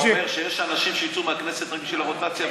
אתה אומר שיש אנשים שיצאו מהכנסת רק בשביל הרוטציה,